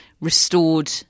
restored